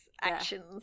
actions